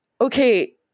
okay